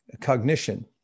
cognition